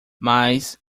mas